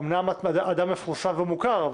אמנם את אדם מפורסם ומוכר,